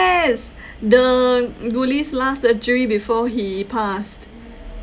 yes the guli's last surgery before he passed